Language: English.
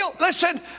Listen